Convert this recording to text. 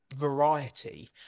variety